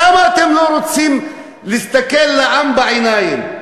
למה אתם לא רוצים להסתכל לעם בעיניים?